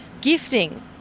gifting